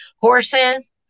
horses